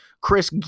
Chris